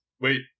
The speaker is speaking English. Wait